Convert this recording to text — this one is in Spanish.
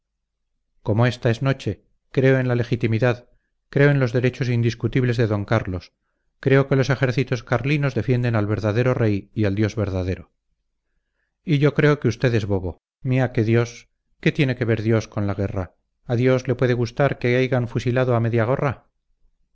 como ésta es noche creo en la legitimidad creo en los derechos indiscutibles de d carlos creo que los ejércitos carlinos defienden al verdadero rey y al dios verdadero y yo creo que es usted bobo miá que dios qué tiene que ver dios con la guerra a dios le puede gustar que haigan fusilado a